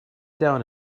down